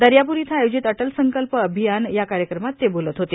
दर्यापूर इथं आयोजित अटल संकल्प अभियान या कार्यक्रमात ते बोलत होते